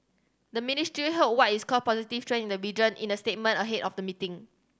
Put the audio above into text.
the ministry hailed what is called positive trend in the region in a statement ahead of the meeting